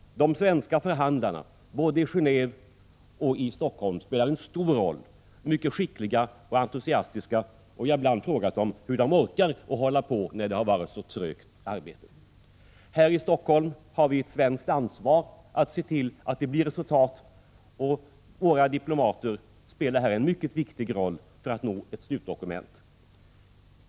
De svenska förhandlarna, både i Gendve och i Helsingfors, spelar en stor roll. De är mycket skickliga och entusiastiska, och jag har ibland frågat dem hur de orkat hålla på när arbetet varit så trögt. I Helsingfors har vi ett svenskt ansvar att se till att det blir resultat, och våra diplomater spelar här en mycket viktig roll för att nå ett slutdokument.